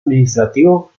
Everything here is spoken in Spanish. administrativo